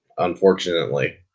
unfortunately